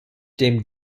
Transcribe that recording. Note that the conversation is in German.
dem